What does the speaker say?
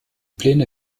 pläne